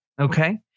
Okay